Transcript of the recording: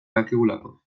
dakigulako